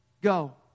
Go